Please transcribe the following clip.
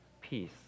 peace